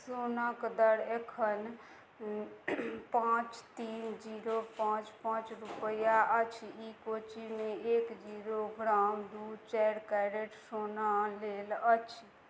सोनाके दर एखन पाँच तीन जीरो पाँच पाँच रुपैआ अछि ई कोच्चिमे एक जीरो ग्राम दुइ चारि कैरेट सोना लेल अछि